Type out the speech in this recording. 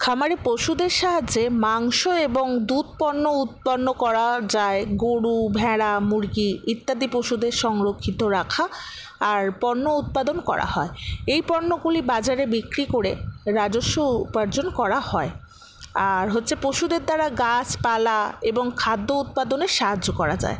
খামারে পশুদের সাহায্যে মাংস এবং দুধ পণ্য উৎপন্ন করা যায় গরু ভেড়া মুরগী ইত্যাদি পশুদের সংরক্ষিত রাখা আর পণ্য উৎপাদন করা হয় এই পণ্যগুলি বাজারে বিক্রি করে রাজস্ব উপার্জন করা হয় আর হচ্ছে পশুদের দ্বারা গাছপালা এবং খাদ্য উৎপাদনের সাহায্য করা যায়